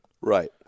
right